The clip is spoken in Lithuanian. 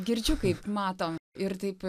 girdžiu kaip matom ir taip